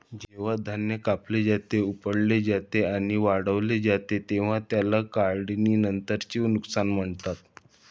जेव्हा धान्य कापले जाते, उपटले जाते आणि वाळवले जाते तेव्हा त्याला काढणीनंतरचे नुकसान म्हणतात